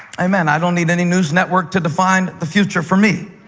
i mean i don't need any news network to define the future for me.